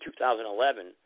2011